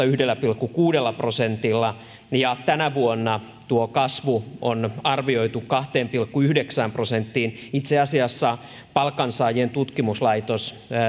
yhdellä pilkku kuudella prosentilla kaksituhattakuusitoista ja tänä vuonna tuo kasvu on arvioitu kahteen pilkku yhdeksään prosenttiin itse asiassa palkansaajien tutkimuslaitos